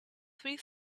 three